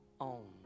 own